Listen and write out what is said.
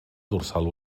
dorsal